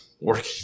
working